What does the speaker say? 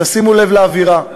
תשימו לב לאווירה,